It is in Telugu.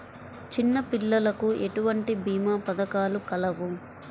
చిన్నపిల్లలకు ఎటువంటి భీమా పథకాలు కలవు?